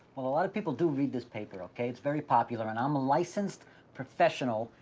well a lot of people do read this paper, okay. it's very popular and i'm a licensed professional,